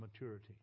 maturity